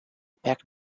packed